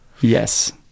yes